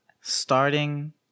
starting